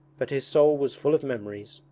but his soul was full of memories,